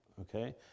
okay